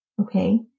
Okay